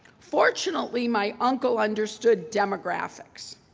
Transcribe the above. fortunately, my uncle understood demographics.